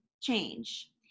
change